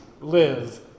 live